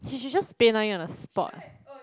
she should just paynow you on the spot